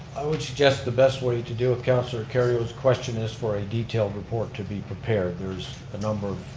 i would suggest the best way to deal with councilor kerrio's question is for a detailed report to be prepared. there's a number